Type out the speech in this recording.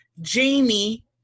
Jamie